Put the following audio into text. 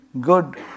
good